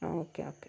ആ okay okay